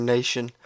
Nation